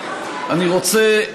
אני רוצה,